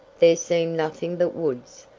there seemed nothing but woods,